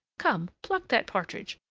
come, pluck that partridge!